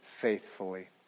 faithfully